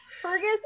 Fergus